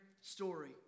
story